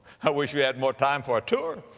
i wish we had more time for our tour.